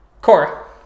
Cora